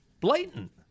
blatant